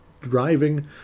driving